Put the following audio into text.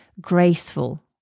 graceful